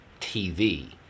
TV